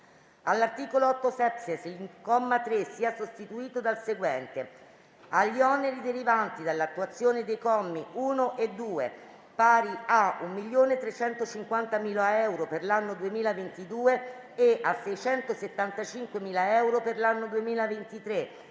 all'articolo 30-*septies*, il comma 3 sia sostituito dal seguente: "3. Agli oneri derivanti dall'attuazione dei commi 1 e 2, pari a 1.350.000 euro per l'anno 2022 e a 675.000 euro per l'anno 2023